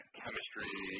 chemistry